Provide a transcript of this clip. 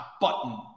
button